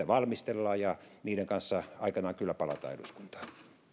valmistellaan ja niiden kanssa aikanaan kyllä palataan eduskuntaan